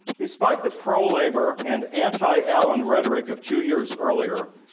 despite the pro-labor and anti-allen rhetoric of two years earlier,